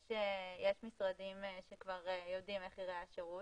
יש משרדים שכבר יודעים איך ייראה השירות